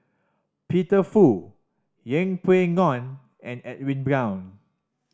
Peter Fu Yeng Pway Ngon and Edwin Brown